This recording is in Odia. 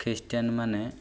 ଖ୍ରୀଷ୍ଟିଆାନ ମାନେ